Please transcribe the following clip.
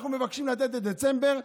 אנחנו מבקשים לתת את דצמבר,